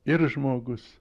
ir žmogus